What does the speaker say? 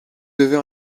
devez